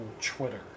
Twitter